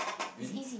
really